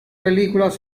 películas